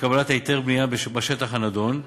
לקבלת היתר בנייה בשטח הנדון,